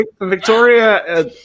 Victoria